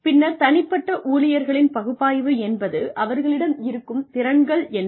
பின்னர் தனிப்பட்ட ஊழியர்களின் பகுப்பாய்வு என்பது அவர்களிடம் இருக்கும் திறன்கள் என்ன